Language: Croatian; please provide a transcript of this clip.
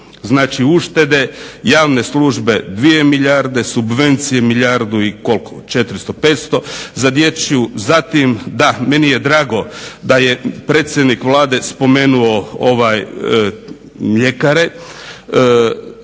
Znači uštede javne službe 2 milijarde, subvencije milijardu i 400, 500. Zatim da, meni je drago da je predsjednik Vlade spomenuo mljekare.